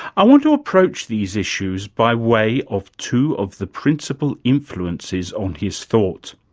i want to approach these issues by way of two of the principal influences on his thought.